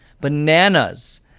Bananas